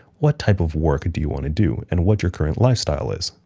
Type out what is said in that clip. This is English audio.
what type of work do you wanna do, and what your current lifestyle is.